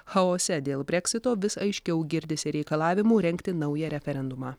chaose dėl breksito vis aiškiau girdisi reikalavimų rengti naują referendumą